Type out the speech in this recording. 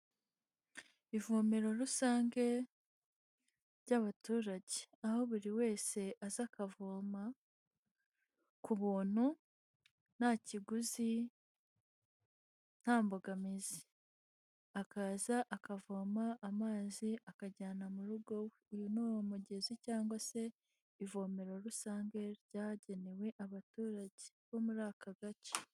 Ivomero rusange ry'abaturage aho buri wese aza akavoma ku buntu nta kiguzi nta mbogamizi, akaza akavoma amazi akajyana mu rugo, uyu ni umugezi cyangwa se ivomero rusange ryagenewe abaturage bo muri aka gace.